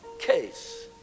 case